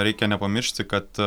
reikia nepamiršti kad